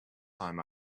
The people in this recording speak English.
time